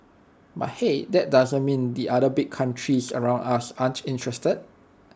but hey that doesn't mean the other big countries around us aren't interested